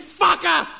fucker